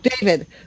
David